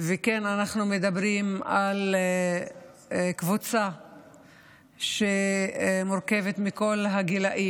וכן, אנחנו מדברים על קבוצה שמורכבת מכל הגילים.